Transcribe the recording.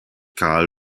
karl